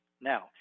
Now